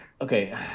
Okay